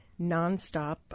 nonstop